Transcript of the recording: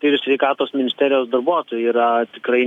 ir sveikatos ministerijos darbuotojai yra tikrai